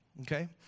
Okay